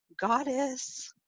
goddess